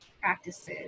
practices